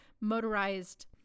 motorized